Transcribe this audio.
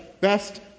best